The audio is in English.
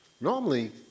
normally